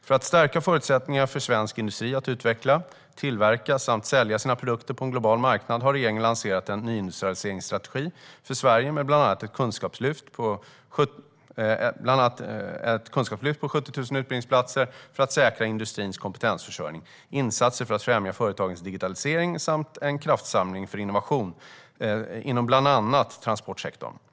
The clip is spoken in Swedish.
För att stärka förutsättningarna för svensk industri att utveckla, tillverka samt sälja sina produkter på en global marknad har regeringen lanserat en nyindustrialiseringsstrategi för Sverige med bland annat ett kunskapslyft på 70 000 utbildningsplatser för att säkra industrins kompetensförsörjning, insatser för att främja företagens digitalisering samt en kraftsamling för innovation inom bland annat transportsektorn.